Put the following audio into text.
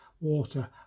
water